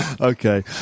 okay